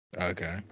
Okay